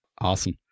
Awesome